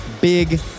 big